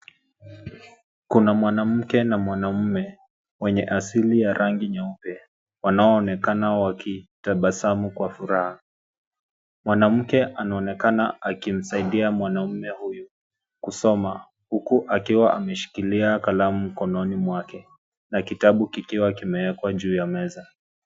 Kuna mwanamke na mwanaume wenye asili ya rangi nyeupe, wanaoonekana wakitabasamu kwa furaha. Mwanamke anaonekana akimsaidia mwanaume huyu kusoma, huku akiwa ameshikilia kalamu mkononi mwake na kitabu kikiwa kimewekwa juu ya meza.